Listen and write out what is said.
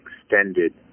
extended